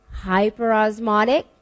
Hyperosmotic